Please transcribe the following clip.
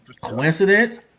Coincidence